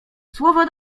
słowo